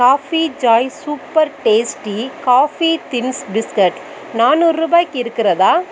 coffee joy super tasty coffee thins biscuit நானூறு ரூபாய்க்கு இருக்கிறதா